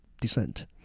descent